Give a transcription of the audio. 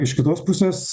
iš kitos pusės